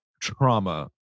trauma